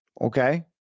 Okay